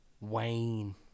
Wayne